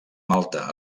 malta